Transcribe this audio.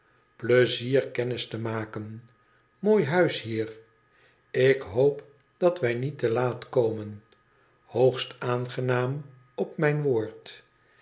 pleizier kennis te maken mooi huis hier ik hoop dat wij niet te laat komen hoogst aangenaam op mijn woord